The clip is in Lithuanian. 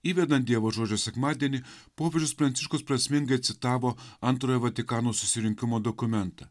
įvedant dievo žodžio sekmadienį popiežius pranciškus prasmingai citavo antrojo vatikano susirinkimo dokumentą